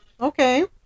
okay